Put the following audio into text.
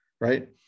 right